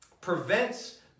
prevents